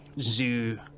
Zoo